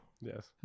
Yes